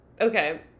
Okay